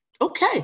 Okay